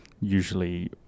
usually